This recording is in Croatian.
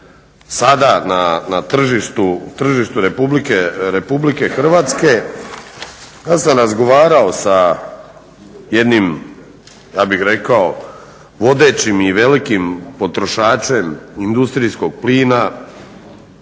sada na tržištu RH. Ja sam razgovarao sa jednim ja bih rekao vodećim i velikim potrošačem industrijskog plina